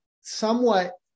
somewhat